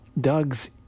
Doug's